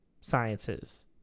sciences